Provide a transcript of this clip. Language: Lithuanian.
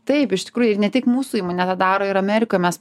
taip iš tikrųjų ir ne tik mūsų įmonė tą daro ir amerikoj mes